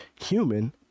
human